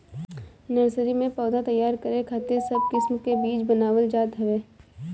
nursery में पौधा तैयार करे खातिर सब किस्म के बीज बनावल जात हवे